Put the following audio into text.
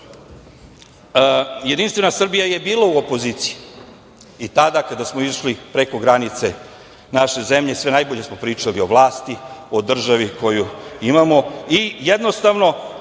lopova. Jedinstvena Srbija je bila u opoziciji i tada kada smo išli preko granica naše zemlje sve najbolje smo pričali o vlasti, o državi koju imamo i jednostavno